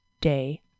day